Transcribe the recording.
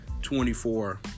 24